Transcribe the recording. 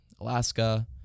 Alaska